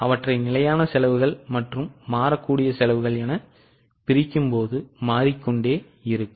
அவை நிலையான செலவுகள் மற்றும் மாறக்கூடிய செலவுகள் என பிரிக்கும் போது மாறிக்கொண்டே இருக்கும்